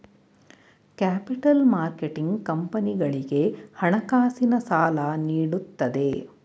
capital marketing ಕಂಪನಿಗಳಿಗೆ ಹಣಕಾಸಿನ ಸಾಲ ನೀಡುತ್ತದೆ